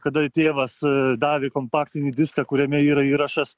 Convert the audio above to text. kada tėvas davė kompaktinį diską kuriame yra įrašas